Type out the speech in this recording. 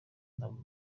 nabo